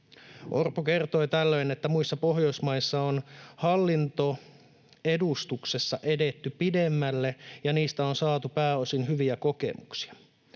Orpo kertoi tällöin, että muissa Pohjoismaissa on hallintoedustuksessa edetty pidemmälle ja niistä on saatu pääosin hyviä kokemuksia.